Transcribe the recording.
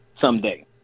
someday